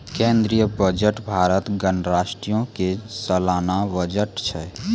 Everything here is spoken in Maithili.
केंद्रीय बजट भारत गणराज्यो के सलाना बजट छै